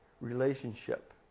relationship